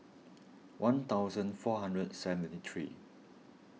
one thousand four hundred seventy three